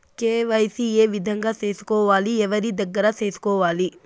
KYC ఏ విధంగా సేసుకోవాలి? ఎవరి దగ్గర సేసుకోవాలి?